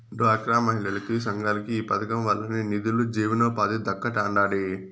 డ్వాక్రా మహిళలకి, సంఘాలకి ఈ పదకం వల్లనే నిదులు, జీవనోపాధి దక్కతండాడి